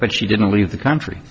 but she didn't leave the country